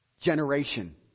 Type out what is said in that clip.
generation